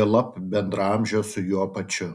juolab bendraamžio su juo pačiu